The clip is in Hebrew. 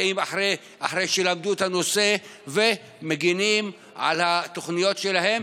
באים אחרי שלמדו את הנושא ומגינים על התוכניות שלהם,